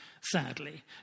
Sadly